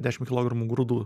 dešim kilogramų grūdų